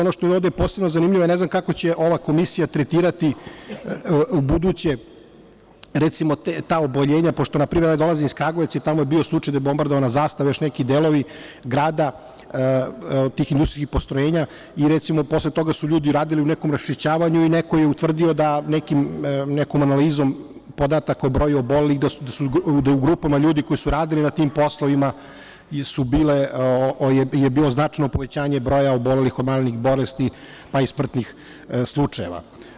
Ono što je ovde posebno zanimljivo, ne znam kako će ova komisija tretirati ubuduće ta oboljenja, pošto npr. dolazim iz Kragujevca, i tamo je bio slučaj da je bombardovana „Zastava“, i još neki delovi grada tih industrijskih postrojenja i posle toga su ljudi radili u nekom raščišćavanju i neko je utvrdio nekom analizom podataka o broju obolelih, da je u grupama ljudi koji su radili na tim poslovima bilo značajno povećanje broja obolelih od malignih bolesti, pa i smrtnih slučajeva.